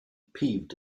peeved